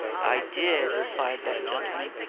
i did, replied that gentleman.